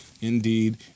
indeed